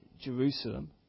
Jerusalem